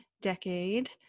decade